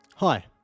Hi